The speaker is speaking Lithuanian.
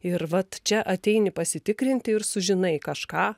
ir vat čia ateini pasitikrinti ir sužinai kažką